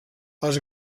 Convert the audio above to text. els